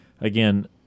Again